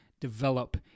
develop